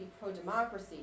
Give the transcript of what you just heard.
pro-democracy